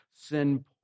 Sin